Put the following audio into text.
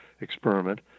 experiment